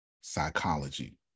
psychology